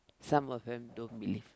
some of them don't believe